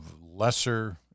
lesser